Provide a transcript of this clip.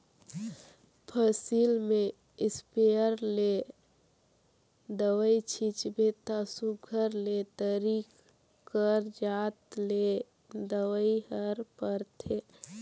फसिल में इस्पेयर ले दवई छींचबे ता सुग्घर ले तरी कर जात ले दवई हर परथे